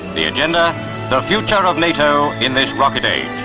the agenda the future of nato in this rocket age.